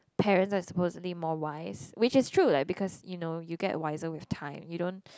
parents are supposedly more wise which is true like because you know you get wiser with time you don't